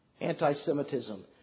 Anti-Semitism